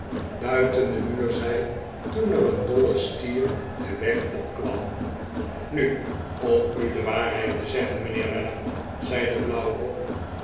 buiten den muur zei toen er een dolle stier den weg opkwam nu om u de waarheid te zeggen mijnheer weller zei de blauwrok